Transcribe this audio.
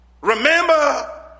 remember